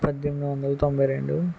పద్దెనిమిదొందల తొంభై రెండు